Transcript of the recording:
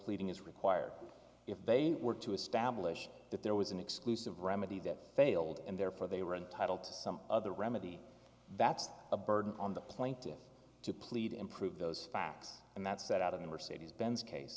pleading is required if they were to establish that there was an exclusive remedy that failed and therefore they were entitled to some other remedy that's a burden on the plaintiffs to plead improve those facts and that set out of the mercedes benz case